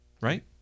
Right